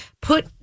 put